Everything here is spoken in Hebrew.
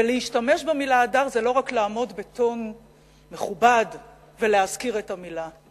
ולהשתמש במלה "הדר" זה לא רק לעמוד בטון מכובד ולהזכיר את המלה.